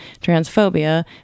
transphobia